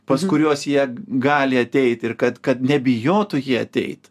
pas kuriuos jie gali ateiti ir kad kad nebijotų jie ateit